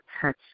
touch